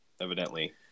evidently